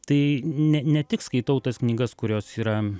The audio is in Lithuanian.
tai ne ne tik skaitau tas knygas kurios yra